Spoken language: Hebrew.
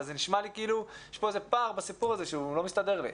אבל זה נשמע לי כאילו יש פער בסיפור הזה שהוא לא מסתדר לי.